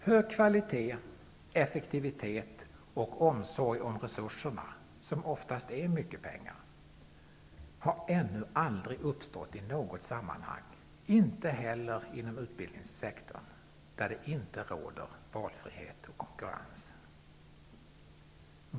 Hög kvalitet, effektivitet och omsorg om resurserna, och oftast rör det sig om mycket pengar, har ännu aldrig uppstått i något sammanhang -- inte heller inom utbildningssektorn, där ingen valfrihet eller konkurrens råder.